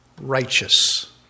righteous